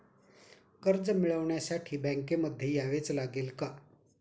कर्ज मिळवण्यासाठी बँकेमध्ये यावेच लागेल का?